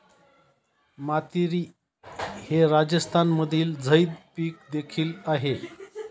मातीरी हे राजस्थानमधील झैद पीक देखील आहे